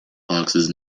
foxes